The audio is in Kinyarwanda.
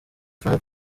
frank